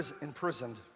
imprisoned